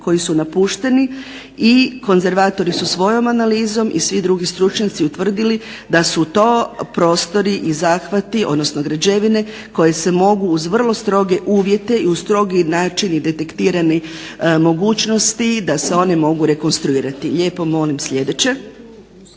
koji su napušteni i konzervatori su svojom analizom i svi drugi stručnjaci utvrdili da su to prostori i zahvati odnosno građevine koje se mogu uz vrlo stroge uvjete i uz strogi način i detektirane mogućnosti da se oni mogu rekonstruirati. Kada govorimo